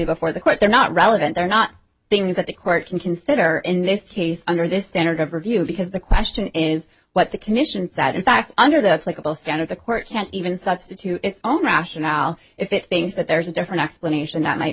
before the court they're not relevant they're not things that the court can consider in this case under this standard of review because the question is what the commission that in fact under the clickable standard the court can't even substitute its own rationale if it thinks that there's a different explanation that might